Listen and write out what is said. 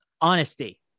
honesty